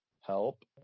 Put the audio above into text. help